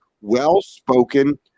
well-spoken